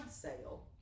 sale